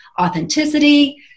authenticity